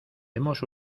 hemos